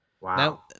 Wow